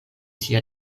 sia